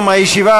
ההצבעה